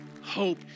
Hope